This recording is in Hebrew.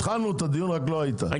התחלנו את הדיון - לא היית בתחילת הדיון.